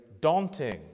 daunting